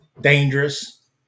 dangerous